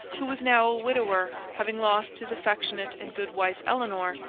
who was now a widower, having lost his affectionate and good wife, eleanor,